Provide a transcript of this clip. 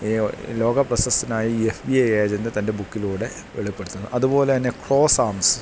ഈ ലോകപ്രശസ്തനായ ഈ എഫ് ബി ഐ ഏജന്റ് തൻ്റെ ബുക്കിലൂടെ വെളിപ്പെടുത്തുന്നത് അതുപോലെതന്നെ ക്രോസ്സാംസ്